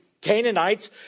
Canaanites